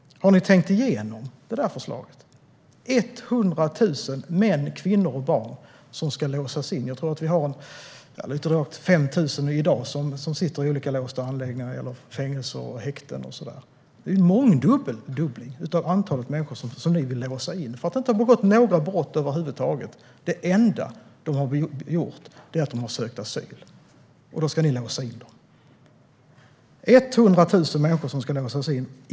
Har ni tänkt igenom förslaget? Det är fråga om 100 000 män, kvinnor och barn som ska låsas in. Jag tror att 5 000 i dag sitter i olika låsta anläggningar, fängelser och häkten. Ni vill låsa in ett mångdubbelt antal människor som inte har begått några brott över huvud taget. Det enda de har gjort är att söka asyl. Ni ska låsa in dem. 100 000 människor ska låsas in.